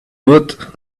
woot